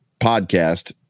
podcast